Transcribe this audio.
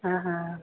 ਹਾਂ ਹਾਂ